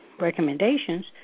recommendations